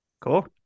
Cool